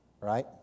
Right